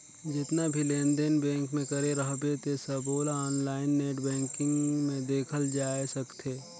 जेतना भी लेन देन बेंक मे करे रहबे ते सबोला आनलाईन नेट बेंकिग मे देखल जाए सकथे